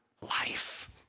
life